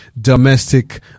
domestic